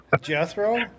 Jethro